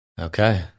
Okay